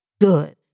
Good